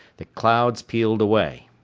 the clouds peeled away.